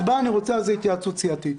לפני ההצבעה אני רוצה על זה התייעצות סיעתית.